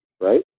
right